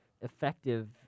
effective